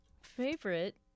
favorite